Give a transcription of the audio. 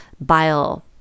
bile